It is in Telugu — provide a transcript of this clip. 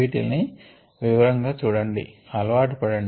వీటిల్ని వివరంగా చూడండి అలవాటుపడండి